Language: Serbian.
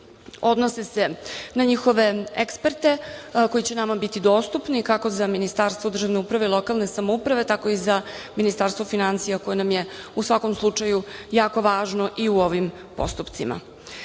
naravno, na njihove eksperte, koji će nama biti dostupni, kako za Ministarstvo državne uprave i lokalne samouprave, tako i za Ministarstvo finansija koje nam je u svakom slučaju jako važno i u ovim postupcima. Na